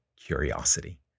curiosity